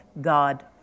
God